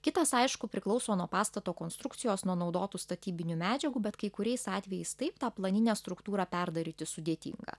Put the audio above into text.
kitas aišku priklauso nuo pastato konstrukcijos nuo naudotų statybinių medžiagų bet kai kuriais atvejais taip tą planinę struktūrą perdaryti sudėtinga